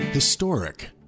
Historic